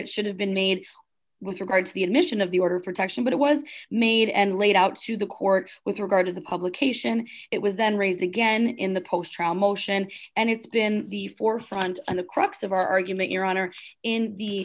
it should have been made with regard to the admission of the order of protection but it was made and laid out to the court with regard to the publication it was then raised again in the post and it's been the forefront and the crux of our argument your honor in the